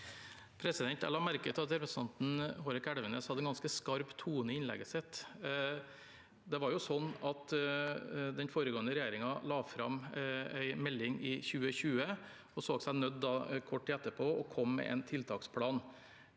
Jeg la merke til at representanten Hårek Elvenes hadde en ganske skarp tone i innlegget sitt. Det var jo sånn at den foregående regjeringen la fram en melding i 2020, og de så seg kort tid etterpå nødt til å komme med en tiltaksplan.